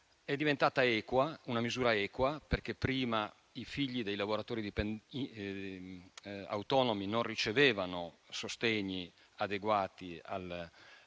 È diventata una misura equa, perché prima i figli dei lavoratori autonomi non ricevevano sostegni adeguati alla loro